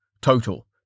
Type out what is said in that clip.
Total